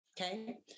Okay